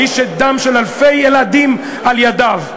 האיש שדם של אלפי ילדים על ידיו,